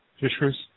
Fishers